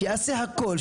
שיעשה הכול,